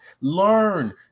learn